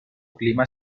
clima